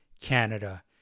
Canada